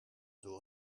door